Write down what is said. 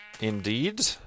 Indeed